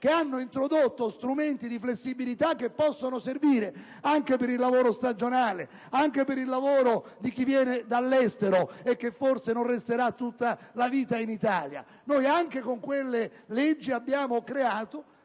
che hanno introdotto elementi di flessibilità che possono servire anche per il lavoro stagionale, anche per il lavoro di chi viene dall'estero e che forse non resterà tutta la vita in Italia. Noi, con quelle leggi, abbiamo creato